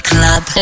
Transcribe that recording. Club